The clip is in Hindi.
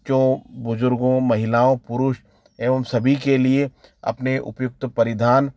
बच्चों बुजुर्गों महिलाओं पुरुष एवं सभी के लिए अपने उपयुक्त परिधान